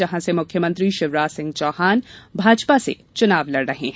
जहां से मुख्यमंत्री शिवराज सिंह चौहान भाजपा से चुनाव लड़ रहे हैं